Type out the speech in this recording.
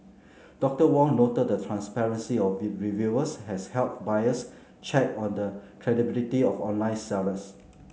Doctor Wong noted the transparency of reviews has helped buyers check on the credibility of online sellers